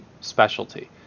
specialty